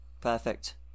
perfect